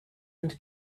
and